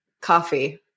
coffee